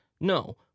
No